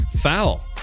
Foul